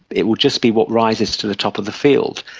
it will just be what rises to the top of the field.